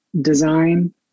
design